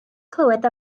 clywed